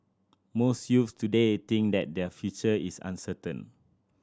most youths today think that their future is uncertain